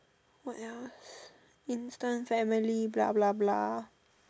what else instant family blah blah blah